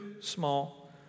small